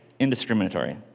indiscriminatory